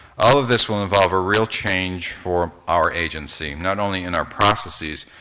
all of this will involve a real change for our agency, not only in our processes,